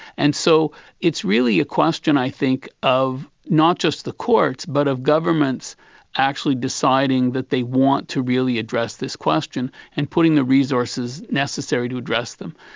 and so it's really a question i think of not just the courts but of governments actually deciding that they want to really address this question and putting the resources necessary to address them.